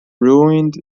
ruined